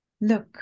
look